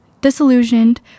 disillusioned